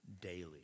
daily